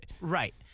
Right